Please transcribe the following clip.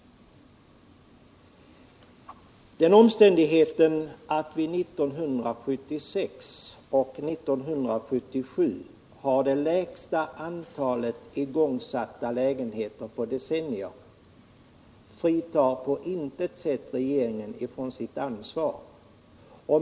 Den omständigheten att vi 1976 och 1977 har det lägsta antalet igångsatta lägenheter på decennier fritar på intet sätt regeringen från sitt ansvar.